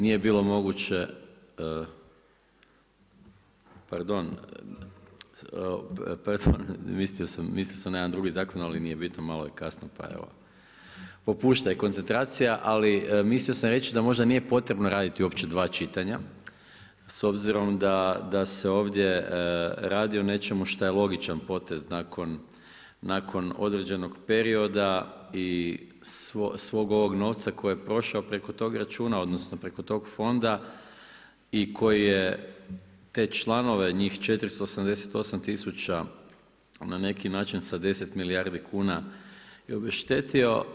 Nije bilo moguće, pardon, mislio sam na jedan drugi zakon, malo je kasno pa evo popušta i koncentracija ali mislio sam reći da možda nije potrebno raditi uopće dva čitanja s obzirom da se ovdje radi o nečemu što je logičan potez nakon određenog perioda i svog ovo novca koji je prošao preko tog računa, odnosno preko tog fonda i koji je te članove, njih 88 tisuća na neki način sa 10 milijardi kuna i obeštetio.